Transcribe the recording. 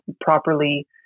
properly